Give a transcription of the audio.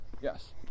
Yes